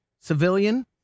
civilian